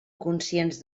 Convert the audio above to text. conscients